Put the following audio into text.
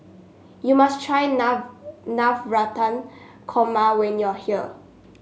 you must try Navratan Korma when you are here